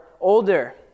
older